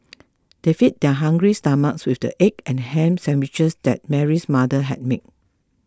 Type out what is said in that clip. they fed their hungry stomachs with the egg and ham sandwiches that Mary's mother had made